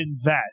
invest